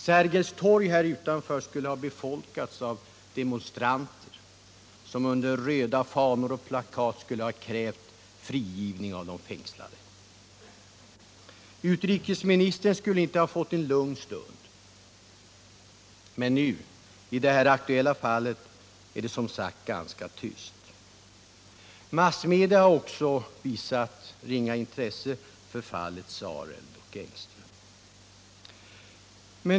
Sergels torg här utanför skulle ha befolkats av demonstranter som under röda fanor på plakat skulle ha krävt frigivning av de fängslade. Utrikesministern skulle inte ha fått en lugn stund. Men nu - i det här aktuella fallet — är det som sagt ganska tyst. Massmedia har inte heller visat något större intresse för fallet Sareld och Engström.